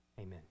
amen